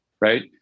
Right